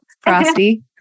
Frosty